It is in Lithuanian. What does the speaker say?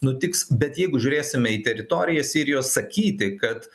nutiks bet jeigu žiūrėsime į teritoriją sirijos sakyti kad